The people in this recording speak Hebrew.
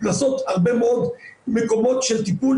לעשות הרבה מאוד מקומות של טיפול,